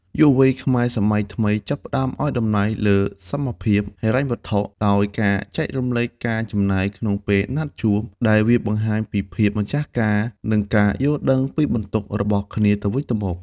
យុវវ័យខ្មែរសម័យថ្មីចាប់ផ្ដើមឱ្យតម្លៃលើ «សមភាពហិរញ្ញវត្ថុ» ដោយការចែករំលែកការចំណាយក្នុងពេលណាត់ជួប ដែលវាបង្ហាញពីភាពម្ចាស់ការ និងការយល់ដឹងពីបន្ទុករបស់គ្នាទៅវិញទៅមក។